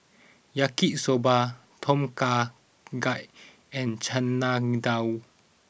Yaki Soba Tom Kha Gai and Chana Dal